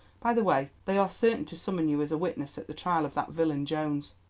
by the way, they are certain to summon you as a witness at the trial of that villain jones.